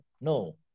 No